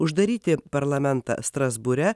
uždaryti parlamentą strasbūre